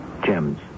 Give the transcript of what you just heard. gems